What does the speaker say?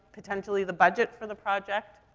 potentially the budget for the project.